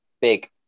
Big